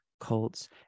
cults